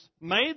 made